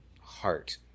heart